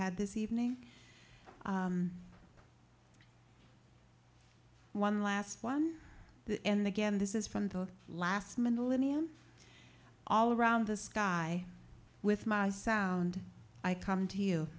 had this evening one last one the end again this is from the last minute linnean all around the sky with my sound i come to you